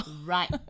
Right